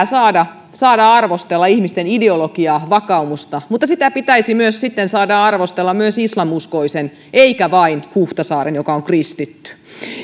saada arvostella ihmisten ideologiaa vakaumusta mutta pitäisi sitten saada arvostella myös islaminuskoisen eikä vain huhtasaaren joka on kristitty